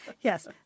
yes